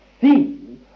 see